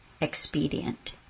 expedient